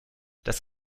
das